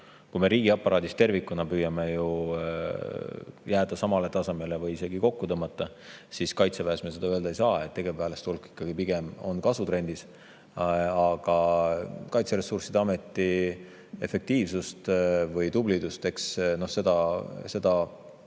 Kui me riigiaparaadis tervikuna püüame jääda samale tasemele või isegi kokku tõmmata, siis Kaitseväes me seda öelda ei saa: tegevväelaste hulk ikkagi pigem on kasvutrendis. Aga Kaitseressursside Ameti efektiivsust või tublidust peab